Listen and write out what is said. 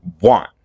want